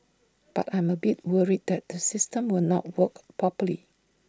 but I am A bit worried that the system will not work properly